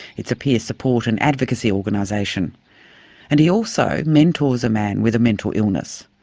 it's a peer support and advocacy organisation and he also mentors a man with a mental illness.